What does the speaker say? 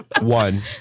One